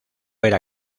era